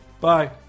Bye